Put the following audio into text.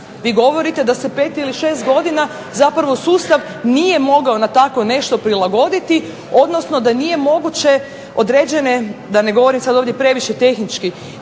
Vi govorite da se 5 ili 6 godina sustav nije mogao na tako nešto prilagoditi odnosno da nije moguće određene, da ne govorim sada previše tehnički,